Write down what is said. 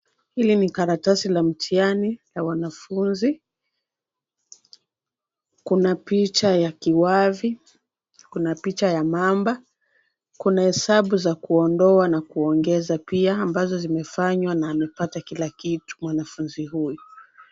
Hili ni karatasi la mtihani ya wanafunzi. Kuna picha ya kiwavi, kuna picha ya mamba, kuna hesabu za kuondoa na kuongeza pia ambazo zimefanywa na amepata kila kitu, mwanafunzi huyu.